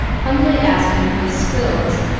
humbly asking for the squills,